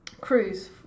cruise